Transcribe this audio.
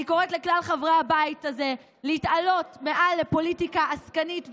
אני קוראת לכל חברי הבית הזה להתעלות מעל לפוליטיקה עסקנית וקטנה,